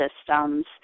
systems